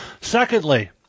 Secondly